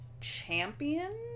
champion